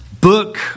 book